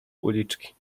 uliczki